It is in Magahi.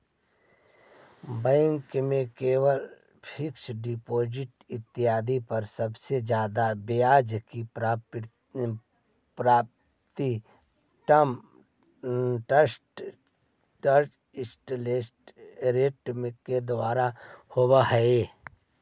बैंक में कैल फिक्स्ड डिपॉजिट इत्यादि पर सबसे जादे ब्याज के प्राप्ति टर्म स्ट्रक्चर्ड इंटरेस्ट रेट के द्वारा होवऽ हई